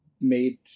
made